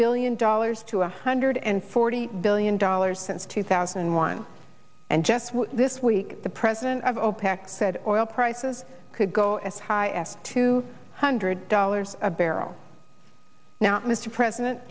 billion dollars to a hundred and forty billion dollars since two thousand and one and just this week the president of opec said oil prices could go as high as two hundred dollars a barrel now mr president